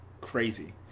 crazy